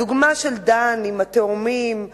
הדוגמה של דן עם התאומים שלו,